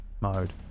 mode